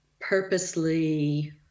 purposely